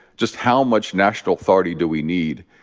just how much national authority do we need?